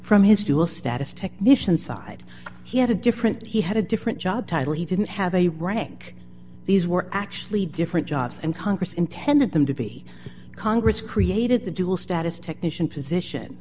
from his dual status technician side he had a different he had a different job title he didn't have a rank these were actually different jobs and congress intended them to be congress created the dual status technician p